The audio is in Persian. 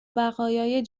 بقایای